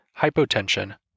hypotension